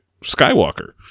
Skywalker